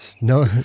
no